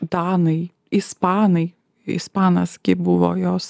danai ispanai ispanas gi buvo jos